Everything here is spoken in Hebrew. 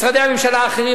משרדי הממשלה האחרים,